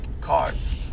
cards